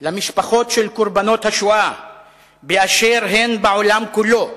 למשפחות של קורבנות השואה באשר הן, בעולם כולו,